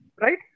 Right